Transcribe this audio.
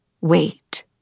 wait